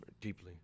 deeply